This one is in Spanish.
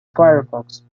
firefox